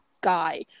guy